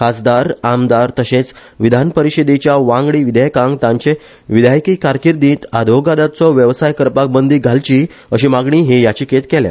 खासदार आमदार तशेंच विधानपरिशदेच्या वांगडी विधायकांक तांचे विधायकी कारकिर्दित आदोगादाचो व्यवसाय करपाक बंदी घालची अशी मागणी हे याचिकेंत केल्या